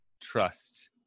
trust